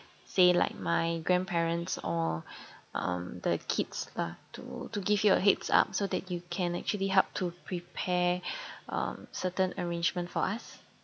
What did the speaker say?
say like my grandparents or um the kids lah to to give you a heads up so that you can actually help to prepare um certain arrangement for us